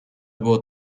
było